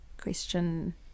question